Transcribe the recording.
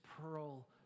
pearl